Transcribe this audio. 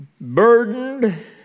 burdened